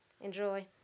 Enjoy